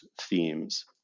themes